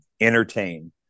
entertain